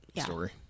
story